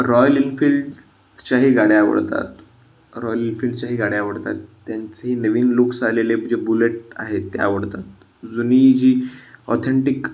royal इनफिल्डच्याही गाड्या आवडतात रॉयल एनफिल्डच्याही गाड्या आवडतात त्यांचेही नवीन लुक्स आलेले जे बुलेट आहे ते आवडतात जुनी जी ऑथेंटिक